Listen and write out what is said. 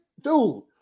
dude